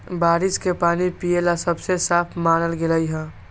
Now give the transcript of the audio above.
बारिश के पानी पिये ला सबसे साफ मानल गेलई ह